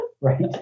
right